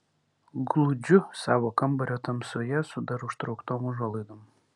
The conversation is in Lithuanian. glūdžiu savo kambario tamsoje su dar užtrauktom užuolaidom